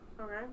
okay